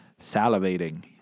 salivating